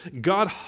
God